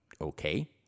okay